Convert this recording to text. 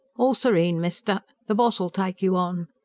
all serene, mister! the boss'ull take you on.